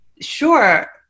Sure